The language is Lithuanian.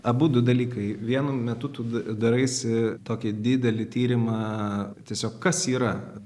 abu dalykai vienu metu tu da daraisi tokį didelį tyrimą tiesiog kas yra